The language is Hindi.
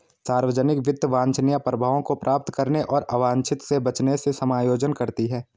सार्वजनिक वित्त वांछनीय प्रभावों को प्राप्त करने और अवांछित से बचने से समायोजन करती है